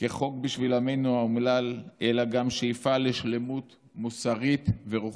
כחוק בשביל עמנו האומלל אלא גם השאיפה לשלמות מוסרית ורוחנית."